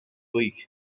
week